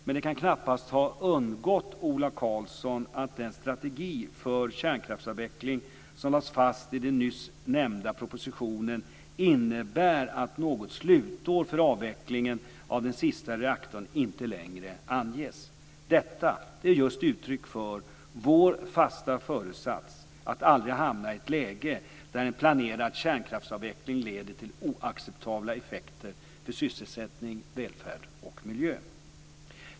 Men det kan knappast ha undgått Ola Karlsson att den strategi för kärnkraftsavvecklingen som lades fast i den nyss nämnda propositionen innebär att något slutår för avvecklingen av den sista reaktorn inte längre anges. Detta är just uttryck för vår fasta föresats att aldrig hamna i ett läge där en planerad kärnkraftsavveckling leder till oacceptabla effekter för sysselsättning, välfärd och miljö.